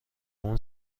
اون